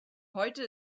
heute